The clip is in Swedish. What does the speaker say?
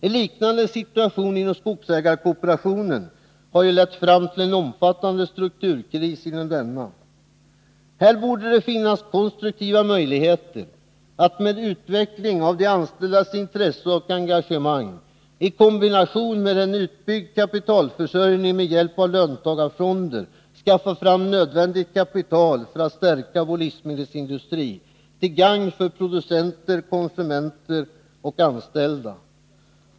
En liknande situation inom skogsägarkooperationen har ju lett fram till en omfattande strukturkris inom denna. Här borde det ju finnas konstruktiva möjligheter att med utveckling av de anställdas intresse och engagemang i kombination med en utbyggd kapitalförsörjning med hjälp av löntagarfonder skaffa fram nödvändigt kapital för att stärka vår livsmedelsindustri till gagn för producenter, konsumenter och anställda.